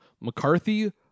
McCarthy